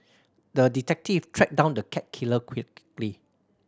the detective tracked down the cat killer quickly